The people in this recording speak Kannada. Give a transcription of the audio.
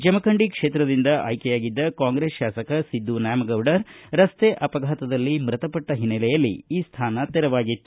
ಜಮಖಂಡಿ ಕ್ಷೇತ್ರದಿಂದ ಆಯ್ಕೆಯಾಗಿದ್ದ ಕಾಂಗ್ರೆಸ್ ಶಾಸಕ ಸಿದ್ದು ನ್ಯಾಮಗೌಡರ ರಸ್ತೆ ಅಪಘಾತದಲ್ಲಿ ಮೃತಪಟ್ಟ ಹಿನ್ನೆಲೆಯಲ್ಲಿ ಈ ಸ್ಥಾನ ತೆರವಾಗಿತ್ತು